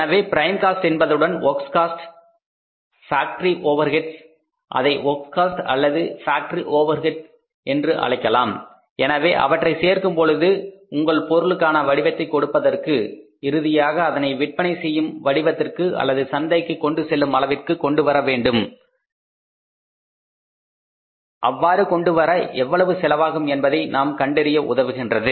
எனவே prime cost என்பதுடன் works cost factory overhead அதை வொர்க்ஸ் காஸ்ட் அல்லது ஃபேக்டரி ஓவர்ஹெட் என்று அழைக்கலாம் எனவே அவற்றை சேர்க்கும் பொழுது உங்கள் பொருளுக்கான வடிவத்தை கொடுப்பதற்கு இறுதியாக அதனை விற்பனை செய்யும் வடிவத்திற்கு அல்லது சந்தைக்கு கொண்டு செல்லும் அளவிற்கு கொண்டுவர எவ்வளவு செலவாகும் என்பதை நாம் கண்டறிய உதவுகிறது